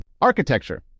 Architecture